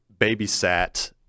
babysat